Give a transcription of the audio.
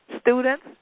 students